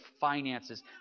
finances